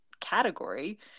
category